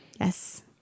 Yes